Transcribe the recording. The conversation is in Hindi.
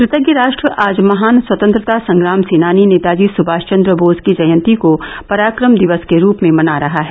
क्तज्ञ राष्ट्र आज महान स्वतंत्रता संग्राम सेनानी नेताजी सुभाष चन्द्र बोस की जयंती को पराक्रम दिवस के रूप में मना रहा है